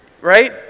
right